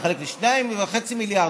לחלק ל-2.5 מיליארד,